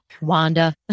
Wanda